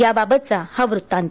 त्याबाबतचा हा वृत्तांत